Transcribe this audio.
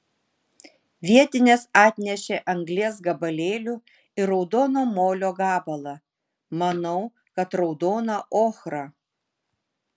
vietinės atnešė anglies gabalėlių ir raudono molio gabalą manau kad raudoną ochrą